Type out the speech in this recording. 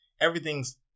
everything's